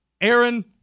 Aaron